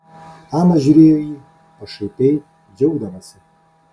ana žiūrėjo į jį pašaipiai džiaugdamasi